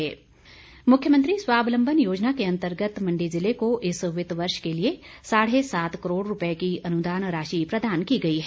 स्वाबलम्बन योजना मुख्यमंत्री स्वाबलम्बन योजना के अंतर्गत मंडी जिले को इस वित्त वर्ष के लिए साढ़े सात करोड़ रुपये की अनुदान राशि प्रदान की गई है